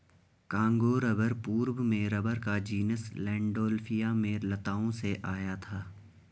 Congo rubber पूर्व में rubber का जीनस लैंडोल्फिया में लताओं से आया था